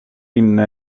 inne